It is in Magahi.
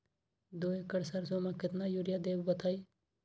दो एकड़ सरसो म केतना यूरिया देब बताई?